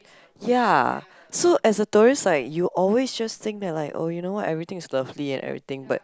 ya so as a tourist like you always just think that like oh you know what everything is lovely and everything but